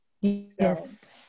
Yes